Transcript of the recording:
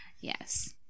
Yes